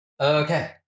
Okay